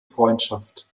freundschaft